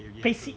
place~